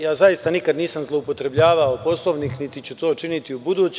Ja zaista nikada nisam zloupotrebljavao Poslovnik, niti ću to činiti ubuduće.